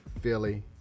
Philly